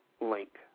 link